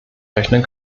rechnen